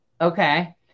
Okay